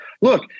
look